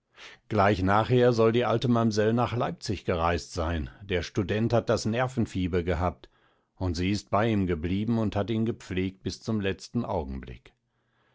gleich nachher soll die alte mamsell nach leipzig gereist sein der student hat das nervenfieber gehabt und sie ist bei ihm geblieben und hat ihn gepflegt bis zum letzten augenblick